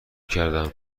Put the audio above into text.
کردم